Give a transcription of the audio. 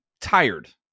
tired